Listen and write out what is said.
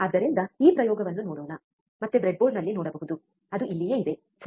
ಆದ್ದರಿಂದ ಈ ಪ್ರಯೋಗವನ್ನು ನೋಡೋಣ ಮತ್ತೆ ಬ್ರೆಡ್ಬೋರ್ಡ್ನಲ್ಲಿ ನೋಡಬಹುದು ಅದು ಇಲ್ಲಿಯೇ ಇದೆ ಸರಿ